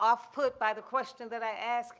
offput by the question that i ask,